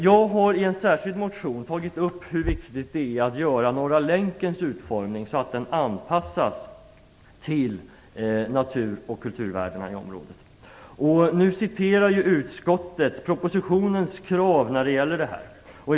Jag har i en särskild motion tagit upp hur viktigt det är att utforma Norra länken så att den anpassas till natur och kulturvärdena i området. Nu citerar utskottet kravet i propositionen när det gäller det här.